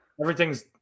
Everything's